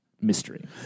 mystery